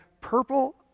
purple